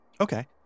Okay